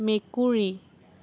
মেকুৰী